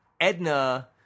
Edna